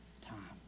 time